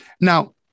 Now